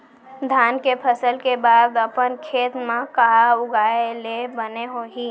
धान के फसल के बाद अपन खेत मा का उगाए ले बने होही?